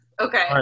Okay